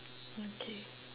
okay